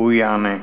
והוא יענה.